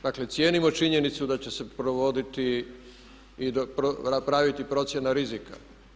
Dakle cijenimo činjenicu da će se provoditi i napraviti procjena rizika.